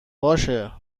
باشه